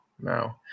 no